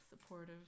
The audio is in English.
supportive